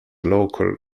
local